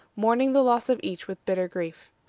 mourning the loss of each with bitter grief.